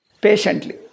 Patiently